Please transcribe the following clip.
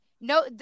No